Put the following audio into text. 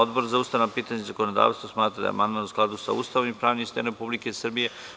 Odbor za ustavna pitanja i zakonodavstvo smatra da je amandman u skladu sa Ustavom i pravnim sistemom Republike Srbije.